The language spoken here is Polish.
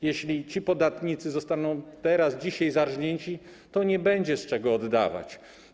Jeśli ci podatnicy zostaną teraz, dzisiaj zarżnięci, to nie będzie z czego oddawać.